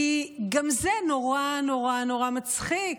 כי גם זה נורא נורא נורא מצחיק.